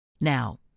Now